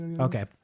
okay